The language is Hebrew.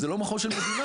זה לא מכון של מדינה.